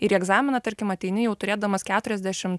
ir į egzaminą tarkim ateini jau turėdamas keturiasdešim